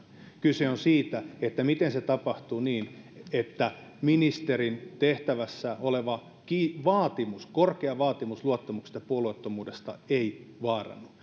kyse on siitä siitä miten se tapahtuu niin että ministerin tehtävässä oleva vaatimus korkea vaatimus luottamuksesta ja puolueettomuudesta ei vaarannu